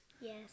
Yes